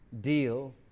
deal